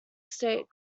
state